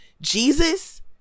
Jesus